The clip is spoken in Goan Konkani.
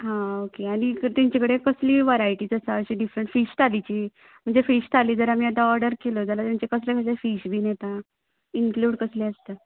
हां ओके आनी तेंचे कडेन कसली वरायटीज आसा अशी डिफरण फीश थालीची म्हणजे फीश थाली जर आमी आतां ऑडर केलो जाल्या तेंचें कसलें कसलें फीश बी मेळटा इन्क्लूड कसलें आसता